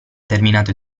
terminato